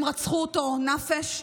הם רצחו אותו נפש.